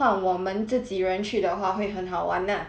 换我们自己人去的话会很好玩 ah